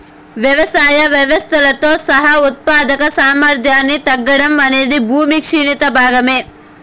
వ్యవసాయ వ్యవస్థలతో సహా ఉత్పాదక సామర్థ్యాన్ని తగ్గడం అనేది భూమి క్షీణత భాగమే